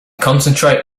concentrate